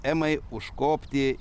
emai užkopti